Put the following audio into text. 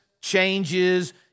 changes